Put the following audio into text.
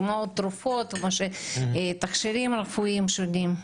כמו תרופות ותכשירים רפואיים שונים.